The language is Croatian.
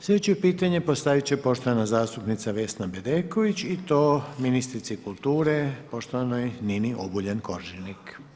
Sljedeće pitanje postaviti će poštovana zastupnica Vesna Bedeković i to ministrici kulture poštovanoj Nini Obuljen Koržinek.